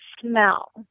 smell